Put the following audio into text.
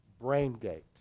BrainGate